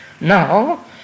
now